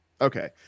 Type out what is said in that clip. okay